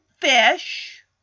fish